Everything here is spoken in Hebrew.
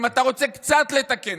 אם אתה רוצה קצת לתקן,